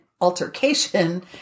altercation